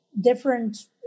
different